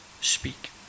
speak